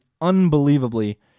unbelievably